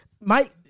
Mike